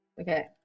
Okay